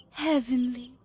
heavenly!